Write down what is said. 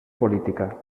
política